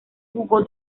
jugó